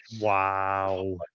Wow